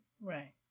right